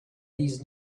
these